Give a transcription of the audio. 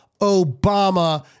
Obama